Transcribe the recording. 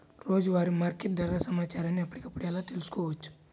రోజువారీ మార్కెట్ ధర సమాచారాన్ని ఎప్పటికప్పుడు ఎలా తెలుసుకోవచ్చు?